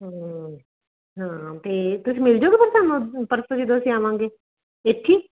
ਹਮ ਹਾਂ ਅਤੇ ਤੁਸੀਂ ਮਿਲ ਜੋਗੇ ਫਿਰ ਸਾਨੂੰ ਪਰਸੋਂ ਜਦੋਂ ਅਸੀ ਆਵਾਂਗੇ ਇੱਥੇ